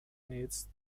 needs